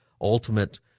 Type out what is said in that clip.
Ultimate